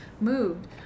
moved